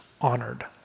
honored